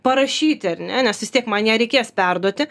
parašyti ar ne nes vistiek man ją reikės perduoti